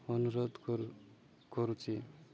ଅନୁରୋଧ କରୁଛି